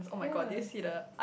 ya